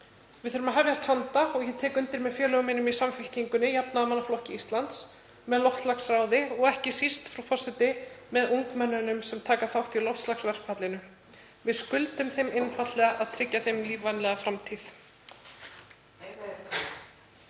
Við þurfum að hefjast handa og ég tek undir með félögum mínum í Samfylkingunni, jafnaðarflokki Íslands, með loftslagsráði og ekki síst, frú forseti, með ungmennum sem taka þátt í loftslagsverkfallinu: Við skuldum þeim einfaldlega að tryggja þeim lífvænlega framtíð.